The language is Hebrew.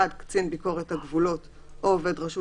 1. קצין ביקורת הגבולות או עובד רשות